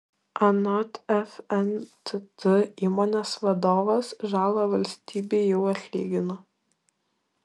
anot fntt įmonės vadovas žalą valstybei jau atlygino